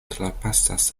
trapasas